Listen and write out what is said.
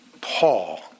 Paul